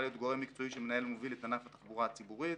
להיות גורם מקצועי שמנהל ומוביל את ענף התחבורה הציבורית.